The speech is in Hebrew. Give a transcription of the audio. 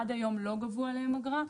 עד היום לא גבו עליהם אגרה.